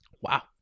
wow